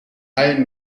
allen